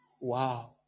Wow